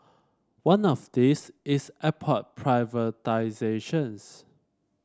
one of these is airport privatisations